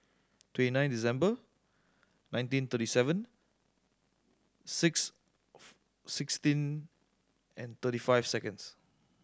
twenty nine December nineteen thirty seven six sixteen and thirty five seconds